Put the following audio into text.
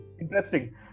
interesting